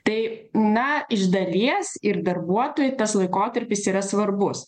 tai na iš dalies ir darbuotojui tas laikotarpis yra svarbus